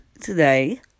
today